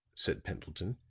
said pendleton.